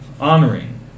honoring